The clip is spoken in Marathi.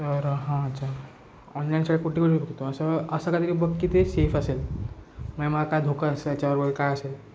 तर हां अच्छा ऑनलाईन असं असं काहीतरी बघ किती ते सेफ असेल म्हणजे मला काय धोका असे ह्याच्यावर काय असेल